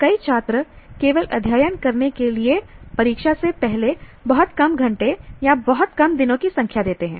कई छात्र केवल अध्ययन करने के लिए परीक्षा से पहले बहुत कम घंटे या बहुत कम दिनों की संख्या देते हैं